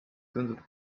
tunduda